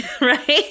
right